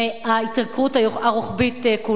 וההתייקרות הרוחבית כולה.